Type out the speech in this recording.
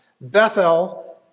Bethel